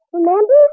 Remember